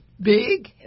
Big